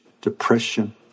depression